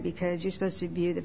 because you're supposed to be the